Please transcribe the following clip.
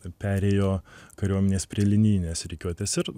perėjo kariuomenės prie linijinės rikiuotės ir